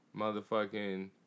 Motherfucking